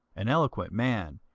an eloquent man,